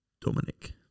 Dominic